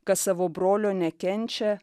kas savo brolio nekenčia